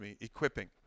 equipping